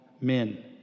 men